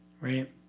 Right